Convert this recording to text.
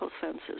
senses